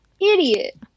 idiot